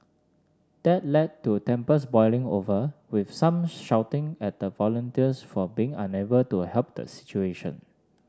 that led to tempers boiling over with some shouting at the volunteers for being unable to help the situation